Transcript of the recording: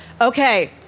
Okay